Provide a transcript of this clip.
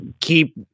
keep